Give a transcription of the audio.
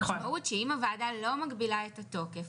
המשמעות היא שאם הוועדה לא מגבילה את התוקף,